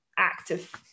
active